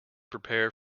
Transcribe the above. prepare